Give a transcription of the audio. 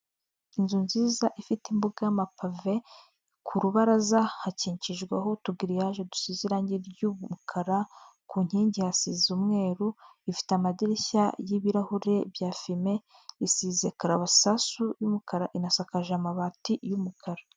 Inzu nziza ifite imbuga y'amapave, ku rubaraza hakikijweho utugiriyaje dusize irange ry'umukara, ku nkingi hasize umweru, ifite amadirishya y'ibirahure bya fime, isize karabasasu y'umukara, inasakaje amabati y'umukara.